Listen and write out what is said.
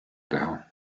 teha